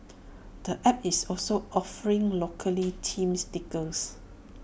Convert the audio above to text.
the app is also offering locally team stickers